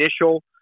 initial